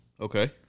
Okay